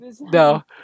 No